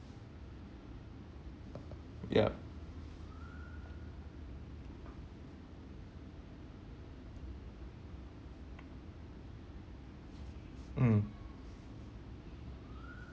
yup mm